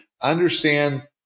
understand